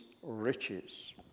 Riches